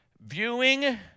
Viewing